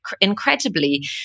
incredibly